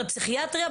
על הפסיכיאטריה,